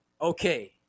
okay